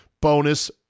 bonus